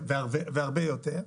והרבה יותר.